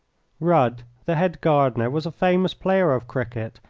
rudd, the head gardener, was a famous player of cricket,